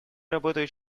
работают